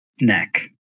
neck